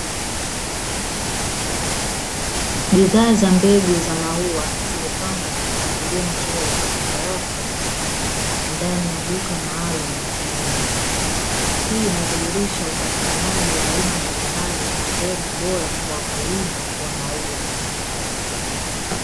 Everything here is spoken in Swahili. Bidhaa za mbegu za maua zimepangwa kwa mpangilio mzuri katika rafu ndani ya duka maalum la kilimo. Hii inadhihirisha upatikanaji wa aina mbalimbali za mbegu bora kwa wakulima wa maua.